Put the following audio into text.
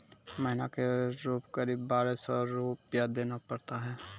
महीना के रूप क़रीब बारह सौ रु देना पड़ता है?